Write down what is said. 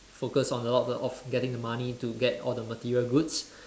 focus on a lot of getting the money to get all the material goods